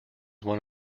one